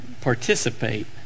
participate